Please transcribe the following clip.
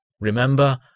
Remember